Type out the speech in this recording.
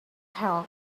held